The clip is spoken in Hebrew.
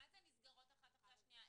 נסגרות אחת אחרי השנייה?